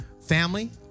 family